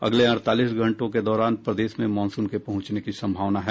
अगले अडतालीस घंटों के दौरान प्रदेश में मानसून के पहुंचने की संभावना है